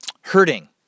hurting